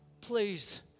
Please